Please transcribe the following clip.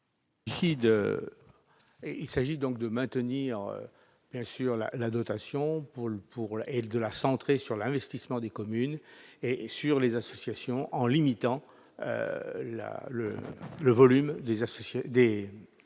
Il s'agit de maintenir la dotation et de la centrer sur l'investissement des communes et sur les associations, en limitant le volume des fonds